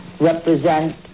represent